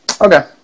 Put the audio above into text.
Okay